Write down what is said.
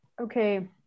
Okay